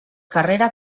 carrera